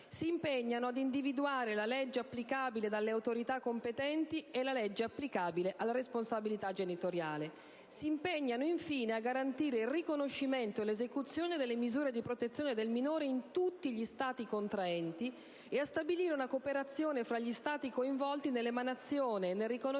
di urgenza; ad individuare la legge applicabile dalle autorità competenti e la legge applicabile alla responsabilità genitoriale e, infine, a garantire il riconoscimento e l'esecuzione delle misure di protezione del minore in tutti gli Stati contraenti e a stabilire una cooperazione tra gli Stati coinvolti nell'emanazione e nel riconoscimento